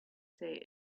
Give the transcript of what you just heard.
say